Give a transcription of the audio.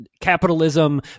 capitalism